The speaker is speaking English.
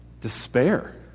Despair